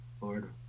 Lord